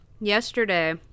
yesterday